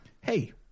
hey